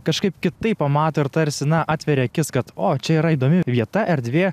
kažkaip kitaip pamato ir tarsi na atveria akis kad o čia yra įdomi vieta erdvė